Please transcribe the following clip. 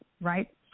right